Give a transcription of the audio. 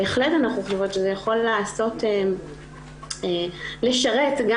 בהחלט אנחנו חושבות שזה יכול לשרת גם